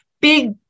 Big